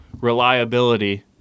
reliability